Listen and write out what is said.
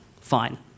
Fine